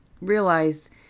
realize